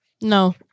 No